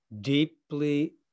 deeply